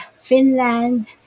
Finland